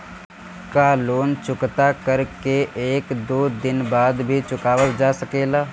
का लोन चुकता कर के एक दो दिन बाद भी चुकावल जा सकेला?